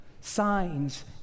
signs